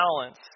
balance